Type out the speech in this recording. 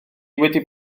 wedi